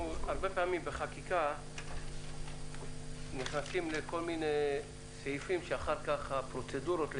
הרבה פעמים בחקיקה אנחנו נכנסים לכל מיני סעיפים שהפרוצדורה סביב